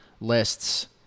lists